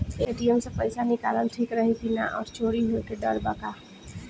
ATM से पईसा निकालल ठीक रही की ना और चोरी होये के डर बा का?